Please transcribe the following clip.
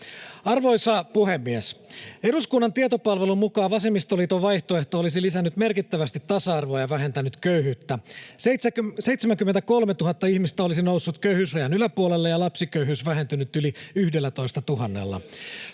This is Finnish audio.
Arvoisa puhemies! Eduskunnan tietopalvelun mukaan vasemmistoliiton vaihtoehto olisi lisännyt merkittävästi tasa-arvoa ja vähentänyt köyhyyttä. 73 000 ihmistä olisi noussut köyhyysrajan yläpuolelle ja lapsiköyhyys vähentynyt yli 11 000:lla.